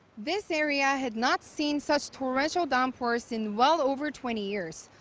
this area had not seen such torrential downpours in well over twenty years.